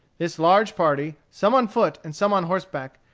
this large party, some on foot and some on horseback,